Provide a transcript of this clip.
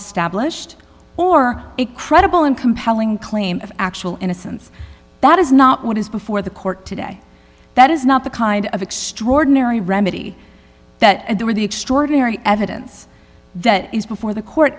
established or a credible and compelling claim of actual innocence that is not what is before the court today that is not the kind of extraordinary remedy that there are the extraordinary evidence that is before the